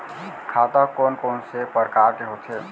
खाता कोन कोन से परकार के होथे?